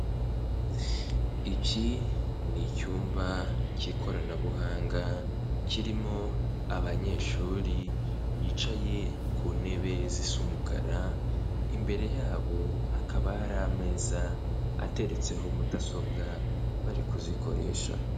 Iki ni icyumba cy'ikoranabuhanga, kirimo abanyeshuri bicaye ku ntebe zisa umukara, imbere yabo hakaba hari ameza ateretseho mudasobwa, bari kuzikoresha.